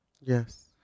Yes